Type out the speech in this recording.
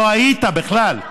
לא היית בכלל.